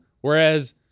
Whereas